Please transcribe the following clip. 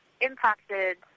impacted